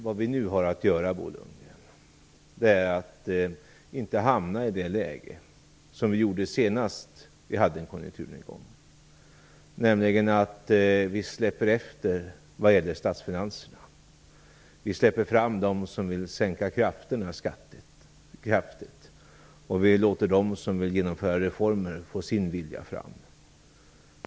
Vad vi nu har att göra, Bo Lundgren, är att inte hamna i det läge som vi hamnade i senast vi hade en konjunkturnedgång, nämligen ett läge då vi släpper efter vad gäller statsfinanserna, släpper fram dem som vill sänka skatterna kraftigt och låter dem som vill genomföra reformer få sin vilja fram.